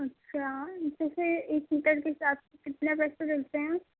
اچھا اِس طرح سے ایک میٹر کے حساب سے کتنا پیسہ لیتے ہیں آپ